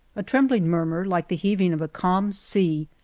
a trembling murmur, like the heav ing of a calm sea,